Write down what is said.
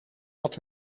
wat